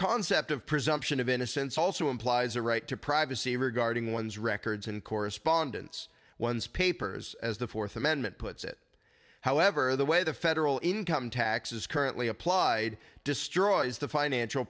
concept of presumption of innocence also implies a right to privacy regarding one's records and correspondence one's papers as the fourth amendment puts it however the way the federal income tax is currently applied destroys the financial